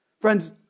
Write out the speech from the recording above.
Friends